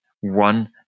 one